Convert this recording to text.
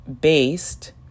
based